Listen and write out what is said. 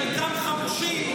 חלקם חמושים,